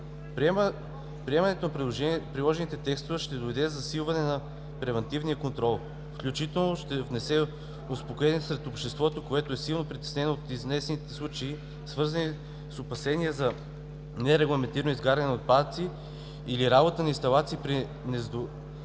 Приемането на предложените текстове ще доведе до засилване на превантивния контрол, включително ще внесе успокоение сред обществото, което е силно притеснено от изнесените случаи, свързани с опасения за нерегламентирано изгаряне на отпадъци или работа на инсталациите при непозволен